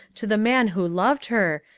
to the man who loved her,